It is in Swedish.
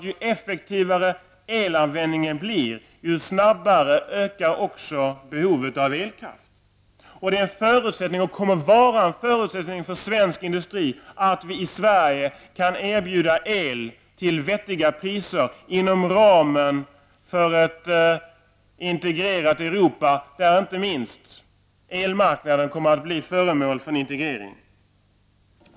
Ju effektivare elanvändningen blir, desto snabbare ökar därför också behovet av elkraft. Det är -- och kommer att vara -- en förutsättning för svensk industri att vi i Sverige kan erbjuda el till vettiga priser inom ramen för ett integrerat Europa, där inte minst elmarknaden kommer att bli föremål för integrering.